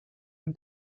him